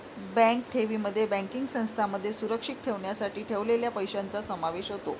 bank ठेवींमध्ये banking संस्थांमध्ये सुरक्षित ठेवण्यासाठी ठेवलेल्या पैशांचा समावेश होतो